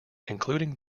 including